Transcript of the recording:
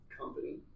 company